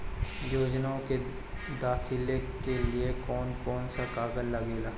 योजनाओ के दाखिले के लिए कौउन कौउन सा कागज लगेला?